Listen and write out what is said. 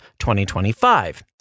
2025